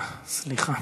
פּארן, סליחה.